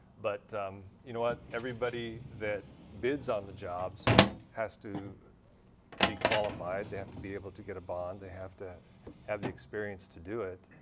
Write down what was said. but you know but everybody that bids on the job has to be qualified. they have to be able to get a bond. they have have the experience to do it.